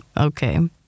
okay